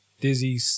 Dizzy